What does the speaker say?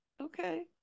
Okay